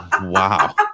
Wow